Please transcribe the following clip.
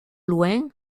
loin